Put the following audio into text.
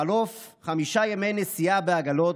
בחלוף חמישה ימי נסיעה בעגלות,